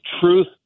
truth